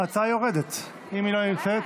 ההצעה יורדת אם היא לא נמצאת.